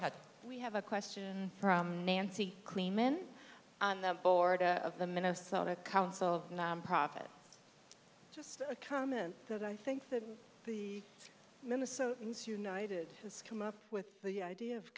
s we have a question from nancy clean men on the board of the minnesota council of nonprofit just a comment that i think that the minnesotans united has come up with the idea of